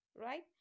right